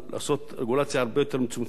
לעשות רגולציה הרבה יותר מצומצמת.